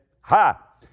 ha